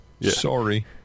Sorry